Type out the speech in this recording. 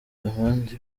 abandi